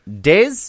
Des